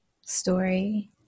story